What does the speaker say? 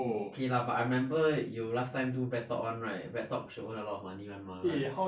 okay lah but I remember you last time do breadtalk [one] right breadtalk sure earn a lot of money mah right